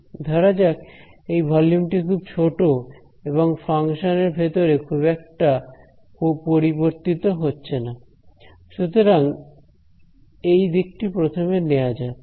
ধরা যাক এই ভলিউম টি খুব ছোট এবং ফাংশন ভিতরে খুব একটা পরিবর্তিত হচ্ছে না সুতরাং এই দিকটি প্রথমে নেয়া যাক